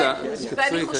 עליזה, תקצרי.